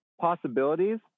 possibilities